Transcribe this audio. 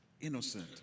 innocent